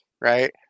right